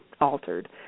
altered